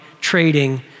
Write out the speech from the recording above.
trading